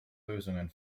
lösungen